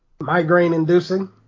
migraine-inducing